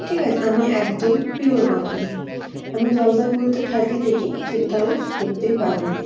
ঠিক আছে আমি একদম পিওর বাঙালি আমি জলপাইগুড়িতে ঠাকি ঠিকই কিন্তু আমি সত্যি বাঙালি